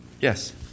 yes